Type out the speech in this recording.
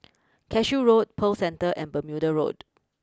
Cashew Road Pearl Centre and Bermuda Road